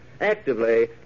...actively